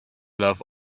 love